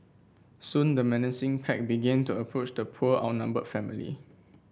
soon the menacing pack began to approach the poor outnumbered family